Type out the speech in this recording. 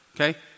Okay